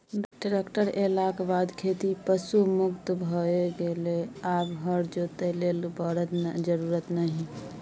tractor एलाक बाद खेती पशु मुक्त भए गेलै आब हर जोतय लेल बरद जरुरत नहि